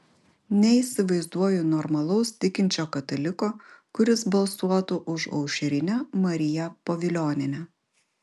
neįsivaizduoju normalaus tikinčio kataliko kuris balsuotų už aušrinę mariją pavilionienę